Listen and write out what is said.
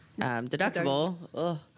deductible